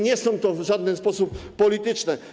Nie jest to w żaden sposób polityczne.